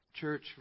church